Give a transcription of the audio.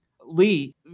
Lee